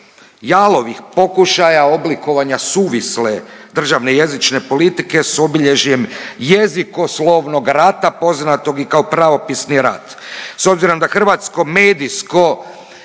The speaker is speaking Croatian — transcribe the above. jalovih pokušaja oblikovanja suvisle državne jezične politike s obilježjem jezikoslovnog rata poznatog i kao pravopisni rat.